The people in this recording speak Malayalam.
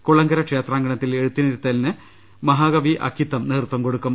കുളങ്കര ക്ഷേത്രാങ്കണത്തിൽ എഴുത്തിനിരുത്തലിന് മഹാകവി അക്കിത്തം നേതൃത്വം കൊടുക്കും